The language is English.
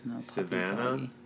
Savannah